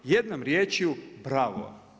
Jednom riječju bravo.